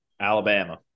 Alabama